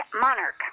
monarch